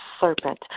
serpent